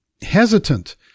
hesitant